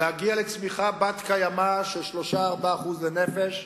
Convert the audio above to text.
להגיע לצמיחה בת-קיימא של 3% 4% לנפש,